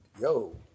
yo